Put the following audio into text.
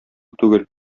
түгел